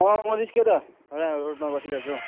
अँ म निस्केँ त यहाँ रोडमा बसिरहेको छु हौ